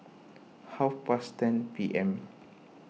half past ten P M